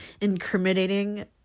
incriminating